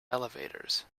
elevators